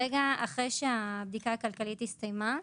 לאחר שהבדיקה הכלכלית הסתיימה,